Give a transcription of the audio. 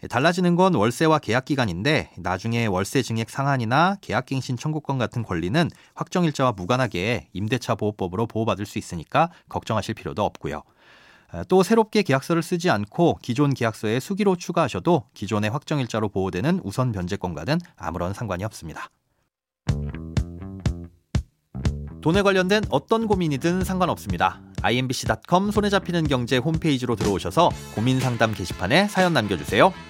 달라지는 건 월세와 계약 기간인데 나중에 월세 증액 상한이나 계약 갱신 청구권 같은 권리는 확정일자와 무관하게 임대차 보호법으로 보호받을 수 있으니까 걱정하실 필요도 없고요. 또 새롭게 계약서를 쓰지 않고 기존 계약서에 수기로 추가하셔도 기존의 확정일자로 보호되는 우선 변제권과는 아무런 상관이 없습니다. 돈에 관련된 어떤 고민이든 상관없습니다. imbc.com 손에 잡히는 경제 홈페이지로 들어오셔서 고민상담 게시판에 사연 남겨주세요.